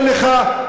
אני אומר לך,